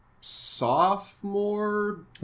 sophomore